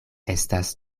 estas